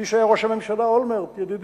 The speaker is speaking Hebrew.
מי שהיה ראש הממשלה, אולמרט ידידי.